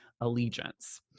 allegiance